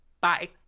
Bye